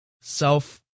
self